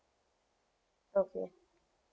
okay